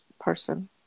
person